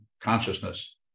consciousness